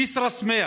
כסרא-סמיע,